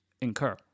incur